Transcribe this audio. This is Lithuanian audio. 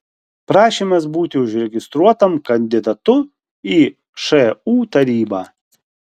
prašymas būti užregistruotam kandidatu į šu tarybą